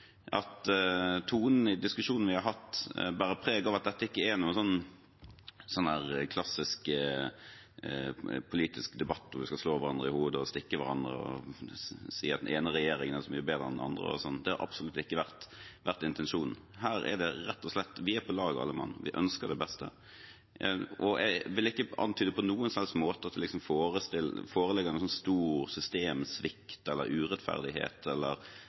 tonen i diskusjonen vi har hatt, bærer preg av at dette ikke er noen klassisk politisk debatt hvor vi f.eks. skal slå hverandre i hodet og stikke hverandre og si at den ene regjeringen er så mye bedre enn den andre. Det har absolutt ikke vært intensjonen. Her er det rett og slett sånn at vi er på lag, alle mann, vi ønsker det beste. Jeg vil ikke antyde på noen som helst måte at det foreligger noen stor systemsvikt eller urettferdighet eller